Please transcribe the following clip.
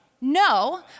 No